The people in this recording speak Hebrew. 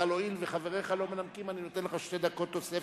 אבל הואיל וחבריך לא מנמקים אני נותן לך שתי דקות תוספת,